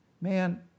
man